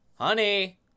Honey